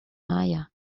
maya